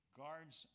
guards